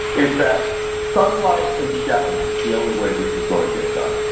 is that sunlight and shouting is the only way this is going to get done.